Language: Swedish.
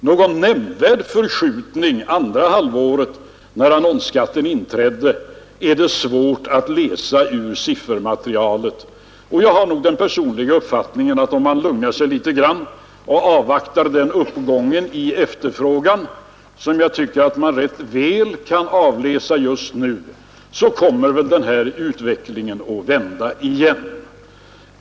Någon nämnvärd förskjutning under andra halvåret, när annonsskatten infördes, är det svårt att utläsa ur siffermaterialet. Om man lugnar sig litet grand och avvaktar den uppgång i efterfrågan som vi ganska väl kan avläsa just nu, har jag den personliga uppfattningen att utvecklingen kommer att vända igen.